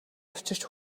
авчирч